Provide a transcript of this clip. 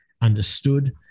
understood